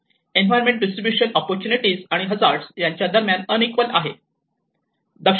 environment distribution opportunities आणि hazard यांच्या दरम्यान अनइक्वल आहे